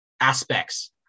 aspects